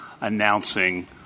announcing